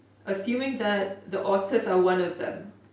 assuming that the otters are one of them